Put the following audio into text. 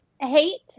hate